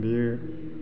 बेयो